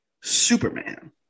Superman